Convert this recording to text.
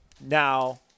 Now